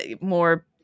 more